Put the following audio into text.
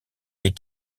est